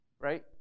right